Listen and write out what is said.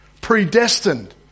predestined